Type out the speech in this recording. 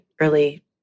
early